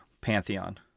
pantheon